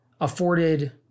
afforded